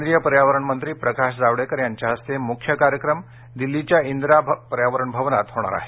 केंद्रीय पर्यावरण मंत्री प्रकाश जावडेकर यांच्या हस्ते मुख्य कार्यक्रम दिल्लीच्या इंदिरा पर्यावरण भवनात होणार आहे